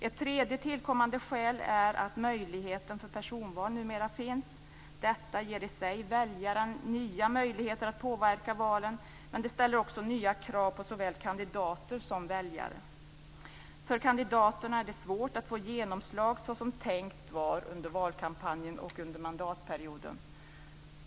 Ett tredje tillkommande skäl är att möjligheten till personval numera finns. Detta ger i sig väljarna nya möjligheter att påverka valen, men det ställer också nya krav på såväl kandidater som väljare. För kandidaterna är det svårt att få genomslag såsom tänkt var under valkampanjen och under mandatperioden.